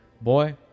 Boy